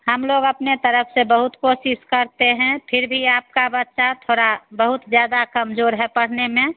हम लोग अपने तरफ से बहुत कोशिश करते हैं फिर भी आपका बच्चा थोड़ा बहुत ज्यादा कमजोर है पढ़ने में